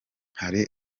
hari